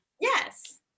Yes